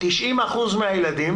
90% מהילדים